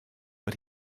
but